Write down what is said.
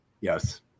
yes